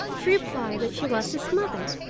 she replied that she was his mother.